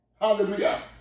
Hallelujah